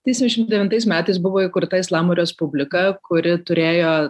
trisdešimt devintais metais buvo įkurta islamo respublika kuri turėjo